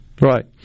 Right